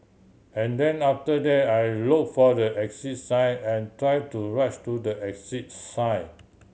and then after that I look for the exit sign and try to rush to the exit sign